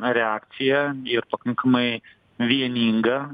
reakcija ir pakankamai vieninga